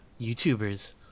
YouTubers